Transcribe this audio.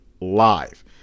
live